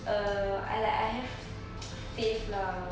err I like I have faith lah